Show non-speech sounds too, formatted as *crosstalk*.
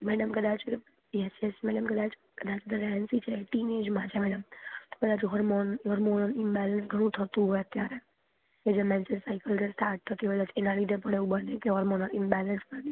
madam કદાચ yes yes madam કદાચ *unintelligible* tin એન્જમાં છે મેડમ પહેલા હોર્મોન હોર્મોન બેલેન્સ ઘણું થતું હોય અત્યારે એટલે મેન્સટ્રલ સાઇકલ જે સ્ટાર્ટ થતી હોય એના લીધે પણ એવું બને હોર્મોનલ ઇનબેલેન્સના લીધે